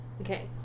Okay